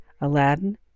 Aladdin